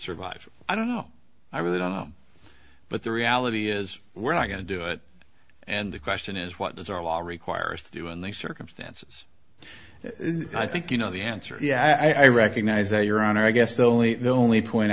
survives i don't know i really don't know but the reality is we're not going to do it and the question is what does our law requires to do in the circumstances i think you know the answer yeah i recognize that your honor i guess the only the only point